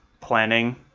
planning